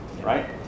right